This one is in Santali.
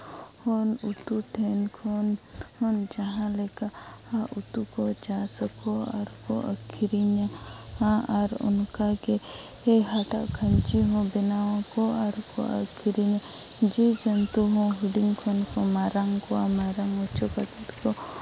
ᱩᱛᱩ ᱴᱷᱮᱱ ᱠᱷᱚᱱ ᱡᱟᱦᱟᱸ ᱞᱮᱠᱟ ᱩᱛᱩ ᱠᱚ ᱪᱟᱥ ᱟᱠᱚ ᱟᱨᱠᱚ ᱟᱹᱠᱨᱤᱧᱟ ᱟᱨ ᱚᱱᱠᱟᱜᱮ ᱦᱟᱴᱟᱜ ᱠᱷᱟᱹᱧᱪᱤ ᱦᱚᱸ ᱵᱮᱱᱟᱣ ᱟᱠᱚ ᱟᱨᱠᱚ ᱟᱹᱠᱨᱤᱧᱟ ᱡᱤᱵᱽᱼᱡᱚᱱᱛᱩ ᱦᱚᱸ ᱦᱩᱰᱤᱧ ᱠᱷᱚᱱ ᱠᱚ ᱢᱟᱨᱟᱝ ᱠᱚᱣᱟ ᱢᱟᱨᱟᱝ ᱦᱚᱪᱚ ᱠᱟᱛᱮᱫ ᱠᱚ